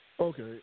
Okay